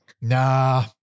Nah